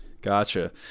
Gotcha